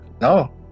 No